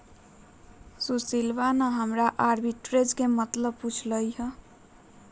सुशीलवा ने हमरा आर्बिट्रेज के मतलब पूछ लय